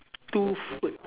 two food